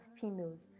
females